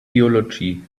theology